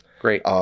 Great